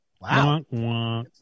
Wow